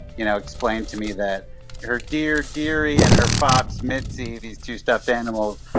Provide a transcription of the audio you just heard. you know, explained to me that her deer, deery, and her fox, mitzy, these two stuffed animals,